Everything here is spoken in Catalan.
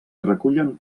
recullen